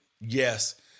Yes